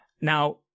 Now